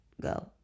go